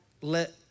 let